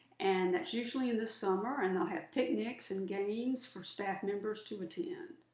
and that's usually in the summer and they'll have picnics and games for staff members to attend.